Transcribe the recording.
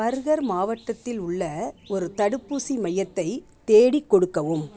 burger மாவட்டத்தில் உள்ள ஒரு தடுப்பூசி மையத்தை தேடிக் கொடுக்கவும்